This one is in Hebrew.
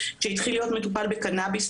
שהתחיל להיות מטופל בקנביס,